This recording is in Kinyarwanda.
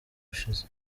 ishize